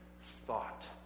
thought